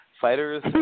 Fighters